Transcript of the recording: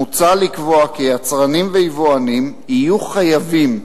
מוצע לקבוע כי יצרנים ויבואנים יהיו חייבים,